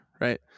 Right